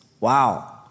Wow